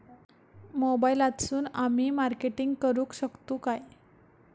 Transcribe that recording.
मोबाईलातसून आमी मार्केटिंग करूक शकतू काय?